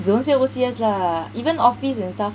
they won't say O_C_S lah even office and stuff